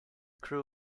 crew